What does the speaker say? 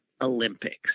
Olympics